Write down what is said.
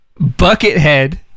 Buckethead